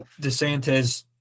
DeSantis